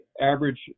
average